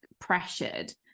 pressured